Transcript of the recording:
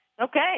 Okay